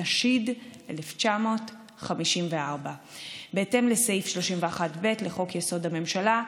התשי"ד 1954. בהתאם לסעיף 31(ב) לחוק-יסוד: הממשלה,